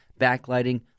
backlighting